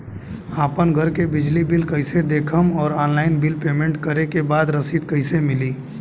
आपन घर के बिजली बिल कईसे देखम् और ऑनलाइन बिल पेमेंट करे के बाद रसीद कईसे मिली?